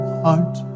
heart